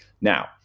Now